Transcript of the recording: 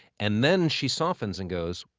and then she softens and goes,